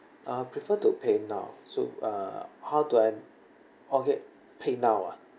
uh I prefer to PayNow so uh how do I okay PayNow ah